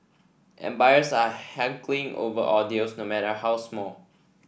and buyers are haggling over all deals no matter how small